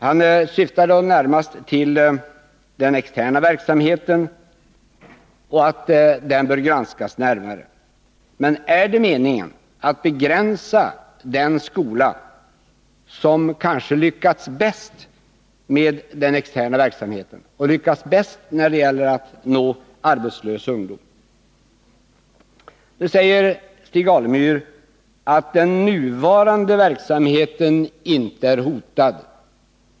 Han hänvisar till den externa verksamheten och menar att den bör granskas närmare. Men är det meningen att göra begränsningar i den skola vars externa verksamhet expanderar och som även har lyckats bäst när det gäller att nå arbetslös ungdom? Stig Alemyr säger att den nuvarande verksamheten inte är hotad.